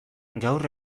gaur